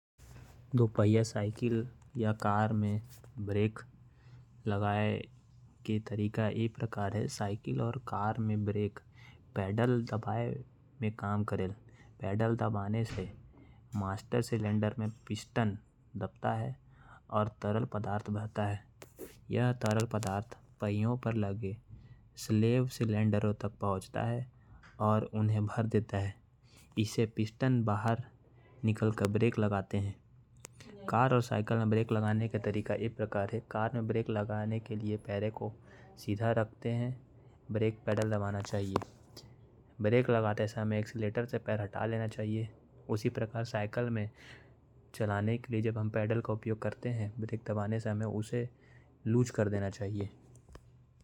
दो पहिया साइकिल और कार में ब्रेक कैसे काम करेल। वो हाइड्रोलिक फ्लूइड के पाइप के सिस्टम के माध्यम ले हर पहिया। म ब्रेक के बगल म स्थित आन चौड़ा सिलेंडर म छिड़काव करे जात हावय। ये हाइड्रोलिक सिस्टम ब्रेक पेडल म तको पैर के बल इतना बढ़ा देत। हावय के ब्रेक लगाये जाथे अउ कार रूक जाथे।